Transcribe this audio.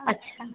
अच्छा